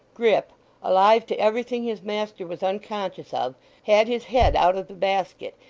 grip alive to everything his master was unconscious of had his head out of the basket,